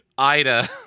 ida